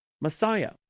Messiah